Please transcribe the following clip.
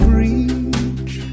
reach